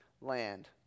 land